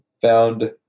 found